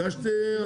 הגשת הצעה?